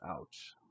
Ouch